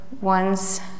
ones